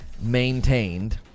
maintained